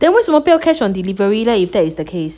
then 为什么不要 cash on delivery leh if that is the case